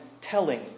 telling